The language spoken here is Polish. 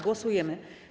Głosujemy.